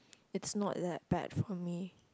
it's not that bad for me